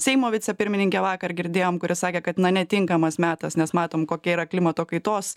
seimo vicepirmininkę vakar girdėjom kuris sakė kad netinkamas metas nes matom kokia yra klimato kaitos